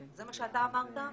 זה מה שאתה אמרת,